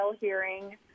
hearing